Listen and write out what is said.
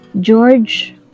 George